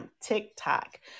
TikTok